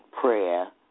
prayer